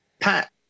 Pat